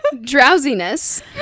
drowsiness